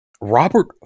robert